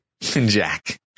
Jack